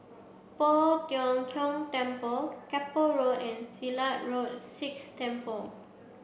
Poh Tiong Kiong Temple Keppel Road and Silat Road Sikh Temple